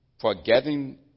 Forgetting